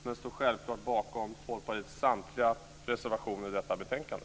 Jag står självfallet bakom Folkpartiets samtliga reservationer i detta betänkande.